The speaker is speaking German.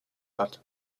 hat